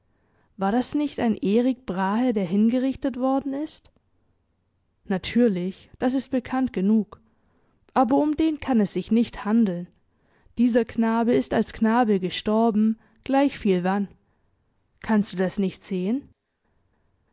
war das nicht ein erik brahe der hingerichtet worden ist natürlich das ist bekannt genug aber um den kann es sich nicht handeln dieser knabe ist als knabe gestorben gleichviel wann kannst du das nicht sehen